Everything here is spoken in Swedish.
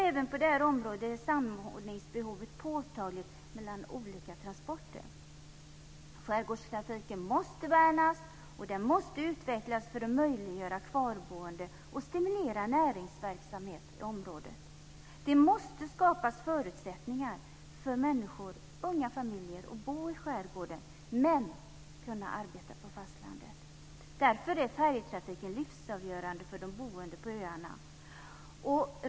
Även på det här området är samordningsbehovet påtagligt mellan olika transporter. Skärgårdstrafiken måste värnas och utvecklas för att möjliggöra kvarboende och stimulera näringsverksamhet i området. Det måste skapas förutsättningar för människor, unga familjer, att bo i skärgården men kunna arbeta på fastlandet. Därför är färjetrafiken livsavgörande för de boende på öarna.